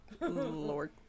Lord